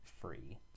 free